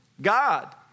God